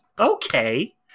okay